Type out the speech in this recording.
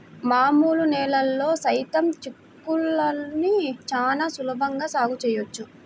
మామూలు నేలల్లో సైతం చిక్కుళ్ళని చాలా సులభంగా సాగు చేయవచ్చు